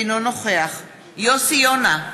אינו נוכח יוסי יונה,